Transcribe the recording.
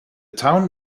town